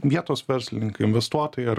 vietos verslininkai investuotojai ar